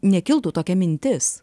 nekiltų tokia mintis